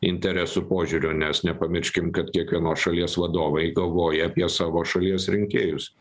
interesų požiūriu nes nepamirškim kad kiekvienos šalies vadovai galvoja apie savo šalies rinkėjus